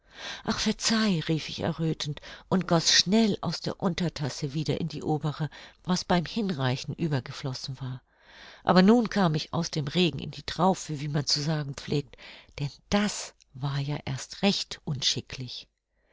ach verzeih rief ich erröthend und goß schnell aus der untertasse wieder in die obere was beim hinreichen übergeflossen war aber nun kam ich aus dem regen in die traufe wie man zu sagen pflegt denn das war ja erst recht unschicklich